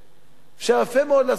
אפשר יפה מאוד לעשות באינטרנט,